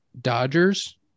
Dodgers